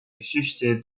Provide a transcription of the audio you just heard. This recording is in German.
geschichte